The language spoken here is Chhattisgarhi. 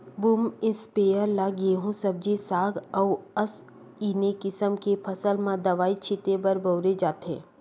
बूम इस्पेयर ल गहूँए सब्जी साग अउ असइने किसम के फसल म दवई छिते बर बउरे जाथे